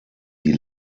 die